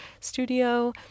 studio